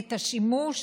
את השימוש